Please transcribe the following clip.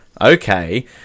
okay